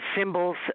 symbols